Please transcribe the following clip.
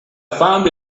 found